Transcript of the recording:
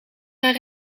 naar